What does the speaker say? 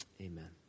Amen